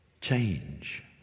change